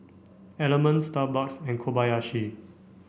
Element Starbucks and Kobayashi